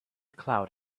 cloud